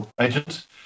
agent